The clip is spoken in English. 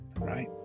right